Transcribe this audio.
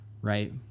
Right